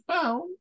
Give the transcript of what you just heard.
found